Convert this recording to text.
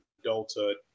adulthood